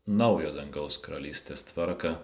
naujo dangaus karalystės tvarką